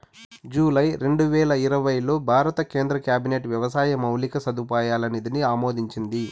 July రెండువేల ఇరవైలో భారత కేంద్ర క్యాబినెట్ వ్యవసాయ మౌలిక సదుపాయాల నిధిని ఆమోదించింది